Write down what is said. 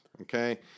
okay